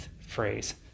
phrase